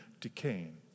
decaying